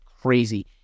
crazy